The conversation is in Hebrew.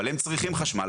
אבל הם צריכים חשמל.